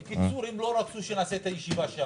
בקיצור, הם לא רצו שנעשה שם את הישיבה.